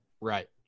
Right